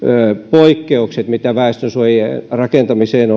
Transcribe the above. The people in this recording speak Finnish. poikkeukset mitä väestönsuojien rakentamiseen